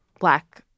black